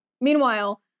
Meanwhile